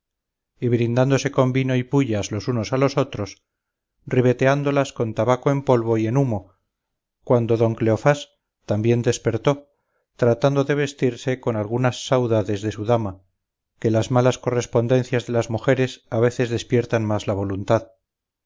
y brindándose con vino y pullas los unos a los otros ribeteándolas con tabaco en polvo y en humo cuando don cleofás también despertó tratando de vestirse con algunas saudades de su dama que las malas correspondencias de las mujeres a veces despiertan más la voluntad